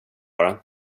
bara